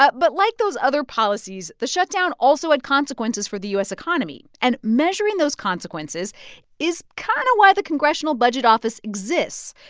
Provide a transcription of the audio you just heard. but but like those other policies, the shutdown also had consequences for the u s. economy. and measuring those consequences is kind of why the congressional budget office exists.